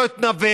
לא את נווה,